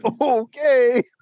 okay